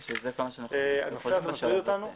זה מה שאנחנו יכולים לעשות בשלב הזה.